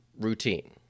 routine